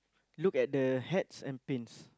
look at the hats and pins